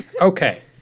Okay